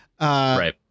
right